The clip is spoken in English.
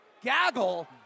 gaggle